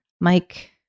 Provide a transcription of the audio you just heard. Mike